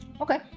Okay